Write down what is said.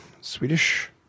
Swedish